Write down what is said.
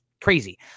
crazy